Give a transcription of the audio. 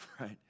right